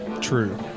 True